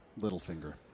Littlefinger